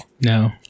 No